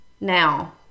now